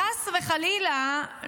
חס וחלילה,